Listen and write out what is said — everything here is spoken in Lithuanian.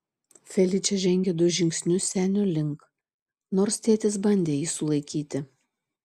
feličė žengė du žingsnius senio link nors tėtis bandė jį sulaikyti